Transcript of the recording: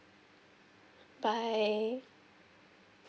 bye